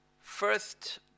first